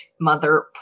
Mother